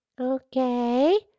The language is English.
Okay